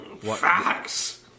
Facts